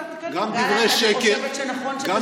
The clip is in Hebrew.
גם דברי שקר,